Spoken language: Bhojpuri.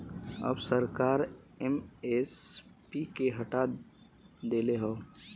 अब सरकार एम.एस.पी के हटा देले हौ